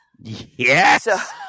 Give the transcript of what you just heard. Yes